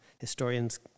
Historians